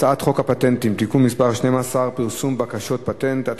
לפיכך אני קובע שהצעת חוק פיקוח אלקטרוני על משוחררים